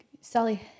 Sally